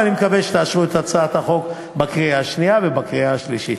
ואני מקווה שתאשרו את הצעת החוק בקריאה השנייה ובקריאה שלישית.